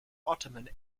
ottoman